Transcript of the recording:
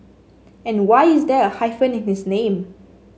and why is there a hyphen in his name